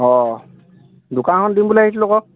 অঁ দোকানখন দিম বুলি ভাবিছিলোঁ আকৌ